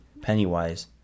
Pennywise